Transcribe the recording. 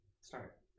start